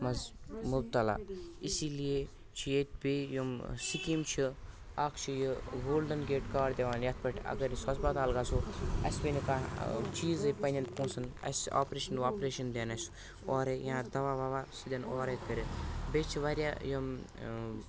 منٛز مُبتلا اِسی لیے چھِ ییٚتہِ بیٚیہِ یِم سِکیٖم چھِ اَکھ چھِ یہِ گولڈَن گیٹ کارڈ دِوان یَتھ پٮ۪ٹھ اگر أسۍ ہَسپَتال گژھو اسہِ پیٚیہِ نہٕ کانٛہہ ٲں چیٖزٕے پننیٚن پونٛسَن اسہِ آپریشَن واپریشَن دِیَن اسہِ اورَے یا دَوا وَوا سُہ دِن اورَے کٔرِتھ بیٚیہِ چھِ واریاہ یِم ٲں